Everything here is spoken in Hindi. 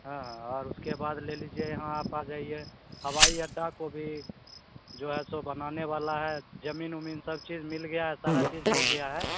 हाँ हाँ और उसके बाद ले लीजिए यहाँ आप आ जाइए हवाई अड्डा को भी जो है सो बनाने वाला है जमीन उमीन सब चीज मिल गया है सारा चीज हो गया है